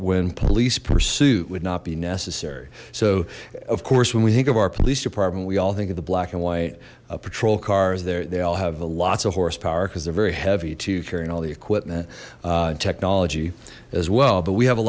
when police pursuit would not be necessary so of course when we think of our police department we all think of the black and white patrol cars there they all have lots of horsepower because they're very heavy to carry and all the equipment and technology as well but we have a